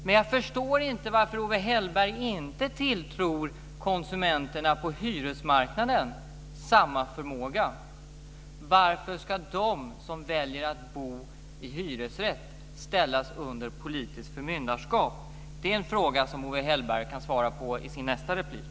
Men jag förstår inte varför Owe Hellberg inte tilltror konsumenterna på hyresmarknaden samma förmåga. Varför ska de som väljer att bo i hyresrätt ställas under politiskt förmyndarskap? Det är en fråga som Owe Hellberg kan svara på i sin nästa replik.